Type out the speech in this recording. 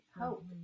hope